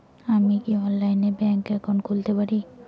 আমি কি অনলাইনে ব্যাংক একাউন্ট খুলতে পারি?